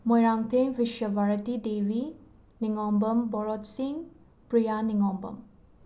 ꯃꯣꯏꯔꯥꯡꯊꯦꯝ ꯕꯤꯁꯕꯥꯔꯇꯤ ꯗꯦꯕꯤ ꯅꯤꯉꯣꯝꯕꯝ ꯕꯣꯔꯣꯠ ꯁꯤꯡ ꯄ꯭ꯔꯤꯌꯥ ꯅꯤꯉꯣꯝꯕꯝ